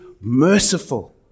merciful